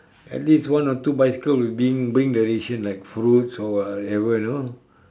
at least one or two bicycle will bring bring the ration like fruits or whatever you know